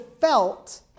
felt